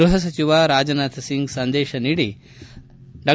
ಗೃಹ ಸಚಿವ ರಾಜನಾಥ್ಸಿಂಗ್ ಸಂದೇಶ ನೀಡಿ ಡಾ